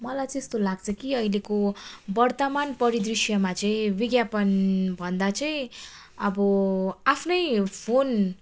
मलाई चाहिँ यस्तो लाग्छ कि अहिलेको वर्तमान परिदृस्यमा चाहिँ विज्ञापन भन्दा चाहिँ अब आफ्नै फोन